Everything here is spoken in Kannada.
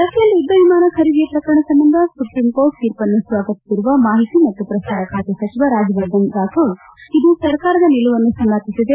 ರಫೇಲ್ ಯುದ್ದ ವಿಮಾನ ಖರೀದಿ ಪ್ರಕರಣ ಸಂಬಂಧ ಸುಪ್ರೀಂಕೋರ್ಟ್ ತೀರ್ಷನ್ನು ಸ್ವಾಗತಿಸಿರುವ ಮಾಹಿತಿ ಮತ್ತು ಪ್ರಸಾರ ಬಾತೆ ಸಚಿವ ರಾಜ್ಯವರ್ಧನ್ ರಾಥೋರ್ ಇದು ಸರ್ಕಾರದ ನಿಲುವನ್ನು ಸಮರ್ಥಿಸಿದೆ